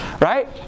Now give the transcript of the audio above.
Right